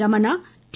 Ramana D